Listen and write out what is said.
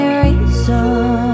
reason